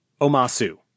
Omasu